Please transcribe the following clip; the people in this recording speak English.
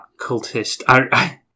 cultist